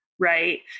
right